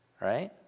right